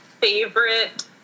favorite